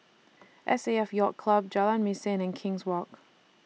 S A F Yacht Club Jalan Mesin and King's Walk